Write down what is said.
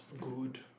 good